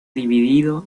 dividido